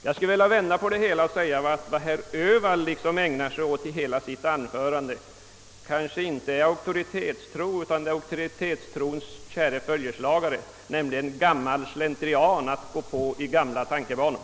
Jag skulle vilja vända på det hela och säga att vad herr Öhvall ägnat sig åt i hela sitt anförande kanske inte är auktoritetstro utan auktoritetstrons käre följeslagare, nämligen gammal slentrian att gå på i gamla tankebanor.